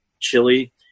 chili